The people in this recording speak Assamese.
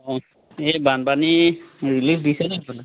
এই বানপানী ৰিলিফ দিছে নি সেইফালে